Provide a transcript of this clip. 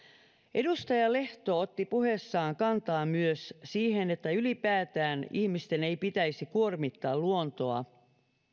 edustaja lehto otti puheessaan kantaa myös siihen että ylipäätään ihmisten ei pitäisi kuormittaa luontoa